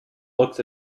looks